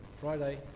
Friday